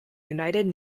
united